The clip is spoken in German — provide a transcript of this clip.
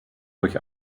durch